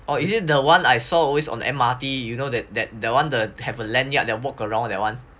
or is it the one I saw always on M_R_T you know that that that want to have a lanyard that walk around that [one]